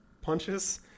punches